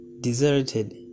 deserted